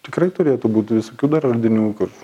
tikrai turėtų būti visokių dar radinių kur